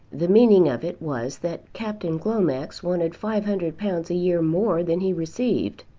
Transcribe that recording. the meaning of it was that captain glomax wanted five hundred pounds a year more than he received,